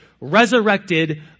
resurrected